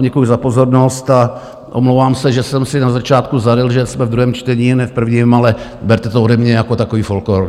Děkuji vám za pozornost a omlouvám se, že jsem si na začátku zaryl, že jsme ve druhém čtení, ne v prvním, ale berte to ode mě jako takový folklor.